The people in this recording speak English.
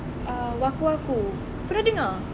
ah Waku Waku pernah dengar